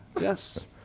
Yes